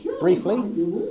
briefly